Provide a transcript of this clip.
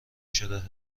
شده